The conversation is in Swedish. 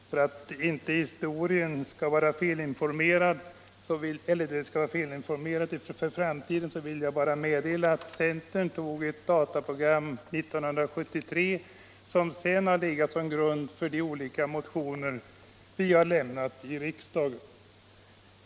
För att inte där skall föreligga någon felaktig information i framtiden vill jag meddela att centern tog ett dataprogram 1973, och det har sedan legat till grund för olika motioner som vi väckt i riksdagen.